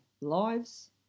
lives